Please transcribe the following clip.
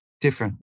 different